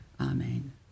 Amen